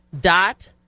dot